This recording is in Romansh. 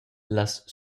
las